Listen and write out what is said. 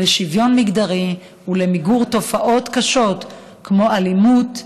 בהיבט של שוויון מגדרי ובמיגור תופעות קשות כמו אלימות.